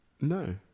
No